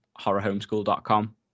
horrorhomeschool.com